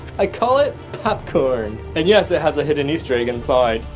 i call it popcorn and yes it has a hidden easter egg inside.